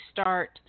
start